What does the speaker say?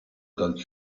dal